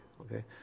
okay